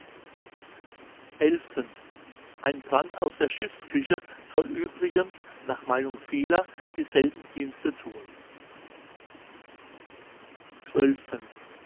ein brand aus der schiffsküche soll übrigens nach der meinung vieler dieselben dienste thun